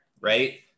right